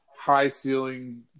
high-ceiling